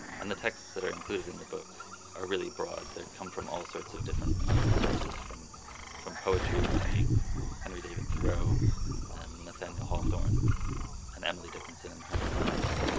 and the texts that are included in the book are really broad, they come from all sorts of different sources from from poetry by henry david thoreau and nathaniel hawthorne and emily dickinson and herman melville,